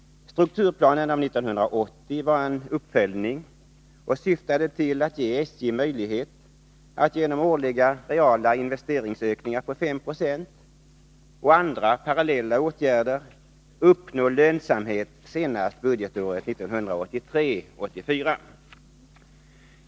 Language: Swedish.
Strukturplanen av 1980 var en uppföljning och syftade till att ge SJ möjlighet att genom årliga reala investeringsökningar på 5 26 och andra parallella åtgärder uppnå lönsamhet senast budgetåret 1983/84.